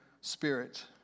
spirit